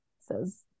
says